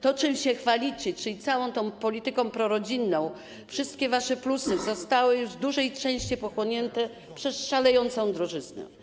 To, czym się chwalicie, czyli cała ta polityka prorodzinna, wszystkie wasze plusy, zostało już w dużej części pochłonięte przez szalejącą drożyznę.